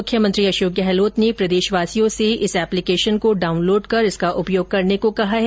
मुख्यमंत्री अशोक गहलोत ने प्रदेशवासियों से इस एप्लीकेशन को डाउन लोड कर इसका उपयोग करने को कहा है